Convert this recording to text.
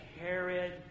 Herod